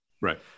Right